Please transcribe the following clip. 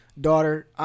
daughter